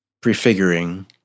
prefiguring